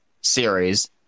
series